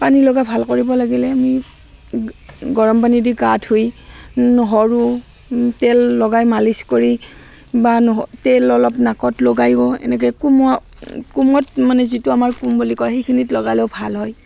পানী লগা ভাল কৰিব লাগিলে আমি গৰমপানী দি গা ধুই নহৰু তেল লগাই মালিচ কৰি বা নহ তেল অলপ নাকত লগায়ো এনেকৈ কুম কুমত মানে যিটো আমাৰ কুম বুলি কয় সেইখিনিত লগালেও ভাল হয়